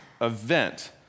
event